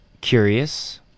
curious